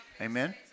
Amen